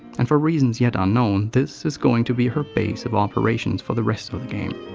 and for reasons yet unknown, this is going to be her base of operations for the rest of the game.